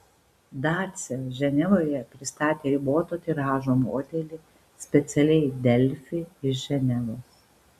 dacia ženevoje pristatė riboto tiražo modelį specialiai delfi iš ženevos